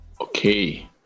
Okay